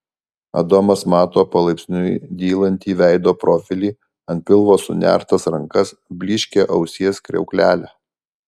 adomas mato palaipsniui dylantį veido profilį ant pilvo sunertas rankas blyškią ausies kriauklelę